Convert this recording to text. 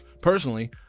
personally